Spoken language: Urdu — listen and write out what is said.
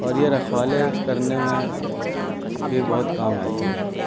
اور یہ رکھوالے کرنے میں بھی بہت کام آتے ہیں